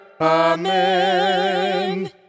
Amen